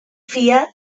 fia